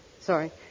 Sorry